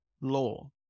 law